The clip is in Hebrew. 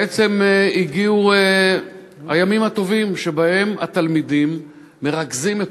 בעצם הגיעו הימים הטובים שבהם התלמידים מרכזים את